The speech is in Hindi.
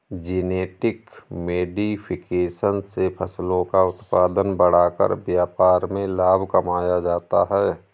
जेनेटिक मोडिफिकेशन से फसलों का उत्पादन बढ़ाकर व्यापार में लाभ कमाया जाता है